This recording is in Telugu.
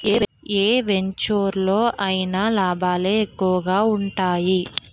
ఏ వెంచెరులో అయినా లాభాలే ఎక్కువగా ఉంటాయి